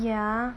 ya